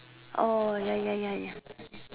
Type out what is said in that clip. oh ya ya ya ya